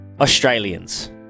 Australians